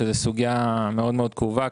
זוהי סוגיה מאוד כאובה.